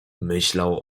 myślał